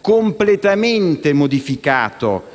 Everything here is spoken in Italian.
completamente modificato